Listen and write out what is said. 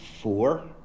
four